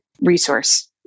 resource